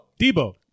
Debo